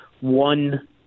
one